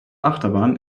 achterbahn